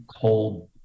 cold